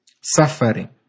Suffering